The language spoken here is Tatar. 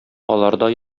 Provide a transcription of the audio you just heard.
аларда